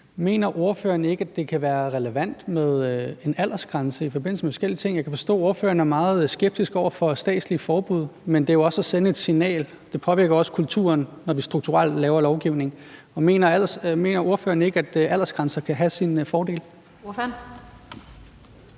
Mener ordføreren ikke, at det kan være relevant med en aldersgrænse i forbindelse med forskellige ting? Jeg kan forstå, at ordføreren er meget skeptisk over for et statsligt forbud, men det er jo også at sende et signal. Det påvirker også kulturen, når vi strukturelt laver lovgivning, og mener ordføreren ikke, at aldersgrænser kan have sine fordele?